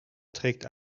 trägt